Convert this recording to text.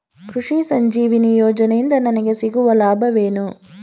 ಕೃಷಿ ಸಂಜೀವಿನಿ ಯೋಜನೆಯಿಂದ ನನಗೆ ಸಿಗುವ ಲಾಭವೇನು?